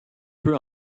peu